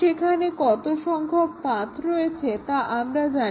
সেখানে কত সংখ্যক পাথ্ রয়েছে তা আমরা জানি